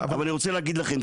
אבל אני רוצה להגיד לכם,